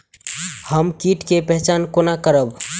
हम कीट के पहचान कोना करब?